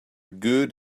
good